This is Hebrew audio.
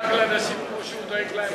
הלוואי שהוא ידאג לנשים כמו שהוא דואג להן,